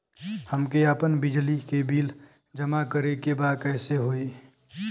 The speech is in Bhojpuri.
हमके आपन बिजली के बिल जमा करे के बा कैसे होई?